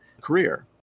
career